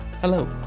Hello